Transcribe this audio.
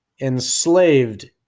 enslaved